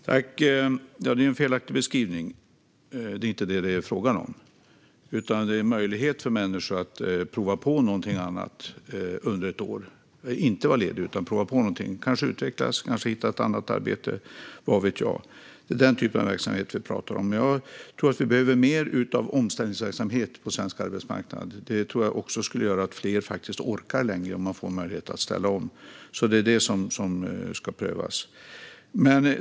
Herr talman! Det är en felaktig beskrivning, och det är inte vad det är fråga om. Friår ska vara en möjlighet för människor att inte vara lediga utan att få prova på något annat under ett år, kanske utvecklas, kanske hitta ett annat arbete. Vad vet jag? Det är den typen av verksamhet vi pratar om. Jag tror att vi behöver mer av omställningsverksamhet på svensk arbetsmarknad. Om man får möjlighet att ställa om tror jag att fler faktiskt orkar arbeta längre. Det är den frågan som ska prövas.